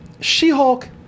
She-Hulk